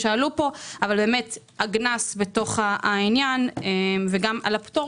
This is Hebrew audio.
הקנס בעניין וגם על הפטור,